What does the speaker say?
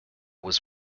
was